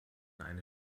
eine